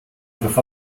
with